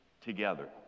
together